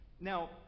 Now